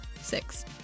six